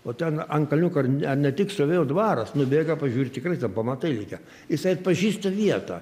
o ten ant kalniuko ar ne tik stovėjo dvaras nubėga pažiūri tikra ten pamatai likę jisai atpažįsta vietą